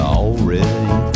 already